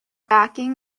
backing